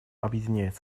объединяет